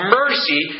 mercy